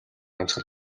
амьсгал